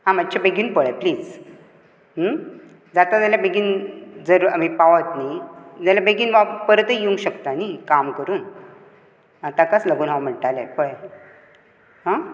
आ मातशें बेगीन पळय प्लीज जाता जाल्यार बेगीन जर आमी पावत न्ही जाल्यार बेगीन परतय येवंक शकता न्ही काम करून आं ताकाच लागून हांव म्हणटाले पळय आं